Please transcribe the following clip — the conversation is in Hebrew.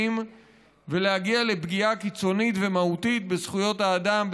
ולהגיע לפגיעה קיצונית ומהותית בזכויות האדם,